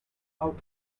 out